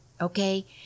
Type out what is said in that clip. okay